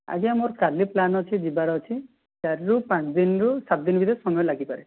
ଆଜ୍ଞା ମୋର କାଲି ପ୍ଲାନ୍ ଅଛି ଯିବାର ଅଛି ଚାରିରୁ ପାଞ୍ଚ ଦିନରୁ ସାତ ଦିନ ଭିତରେ ସମୟ ଲାଗିପାରେ